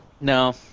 No